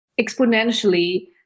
exponentially